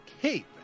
cape